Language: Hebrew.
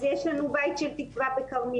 אז יש לנו בית של תקווה בכרמיאל,